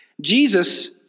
Jesus